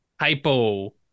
hypo